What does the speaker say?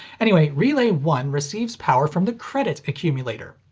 anyway, relay one receives power from the credit accumulator.